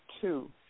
two